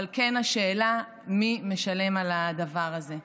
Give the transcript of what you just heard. אבל כן יש שאלה: מי משלם על הדבר הזה?